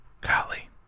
Golly